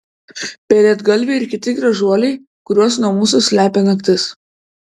pelėdgalviai ir kiti gražuoliai kuriuos nuo mūsų slepia naktis